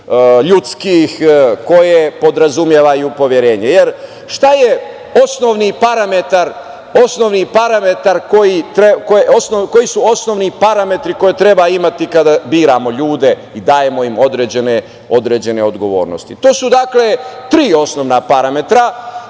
ljudskih, koje podrazumevaju poverenje. Koji su osnovni parametri koje treba imati kada biramo ljude i dajemo im određene odgovornosti? To su dakle tri osnovna parametra